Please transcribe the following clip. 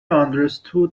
understood